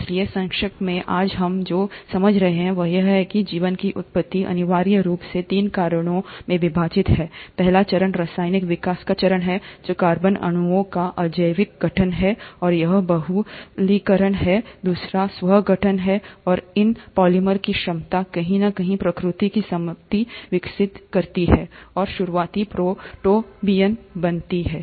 इसलिए संक्षेप में आज हम जो समझ रहे हैं वह यह है कि जीवन की उत्पत्ति अनिवार्य रूप से तीन चरणों में विभाजित है पहला चरण रासायनिक विकास का चरण है जो कार्बनिक अणुओं का अजैविक गठन है और यह बहुलकीकरण है दूसरा स्व संगठन है और इन पॉलिमर की क्षमता कहीं न कहीं प्रतिकृति की संपत्ति विकसित करती है और शुरुआती प्रोटोबियन बनती है